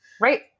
Right